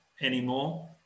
anymore